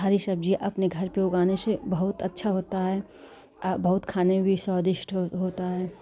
हरी सब्ज़ी अपने घर पर उगाने से बहुत अच्छा होता है बहुत खाने में भी स्वादिष्ट होता है